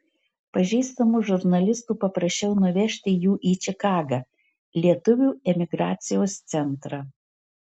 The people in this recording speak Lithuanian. pažįstamų žurnalistų paprašiau nuvežti jų į čikagą lietuvių emigracijos centrą